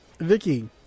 Vicky